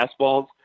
fastballs